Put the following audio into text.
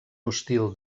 hostil